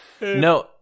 no